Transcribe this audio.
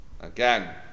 Again